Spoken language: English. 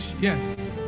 yes